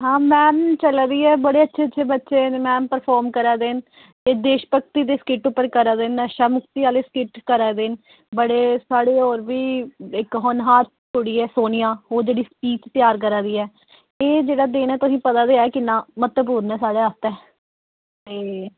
हां मैम चला दी ऐ बड़े अच्छे अच्छे बच्चे न मैम पर्फोम करा दे न ते देश भक्ति दी स्किट पर करा दे न नशा मुक्ति आह्ले स्किट करा दे न बड़े सारे होर बी इक होनहार कुड़ी ऐ सोनिया ओह् जेह्ड़ी स्पीच त्यार करा दी ऐ एह् जेह्ड़ा दिन ऐ तुसेंगी पता ते ऐ किन्ना म्हत्तवपूर्ण ऐ साढ़े आस्तै ते